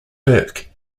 burke